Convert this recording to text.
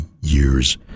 years